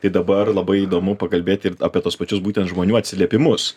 tai dabar labai įdomu pakalbėti ir apie tuos pačius būtent žmonių atsiliepimus